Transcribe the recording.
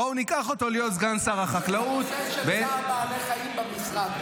בואו ניקח אותו להיות סגן שר החקלאות ----- יש צער בעלי חיים במשרד,